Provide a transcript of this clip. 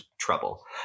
trouble